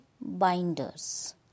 binders